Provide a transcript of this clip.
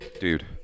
Dude